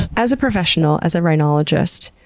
as a professional, as a rhinologist,